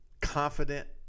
confident